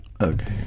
okay